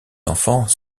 enfants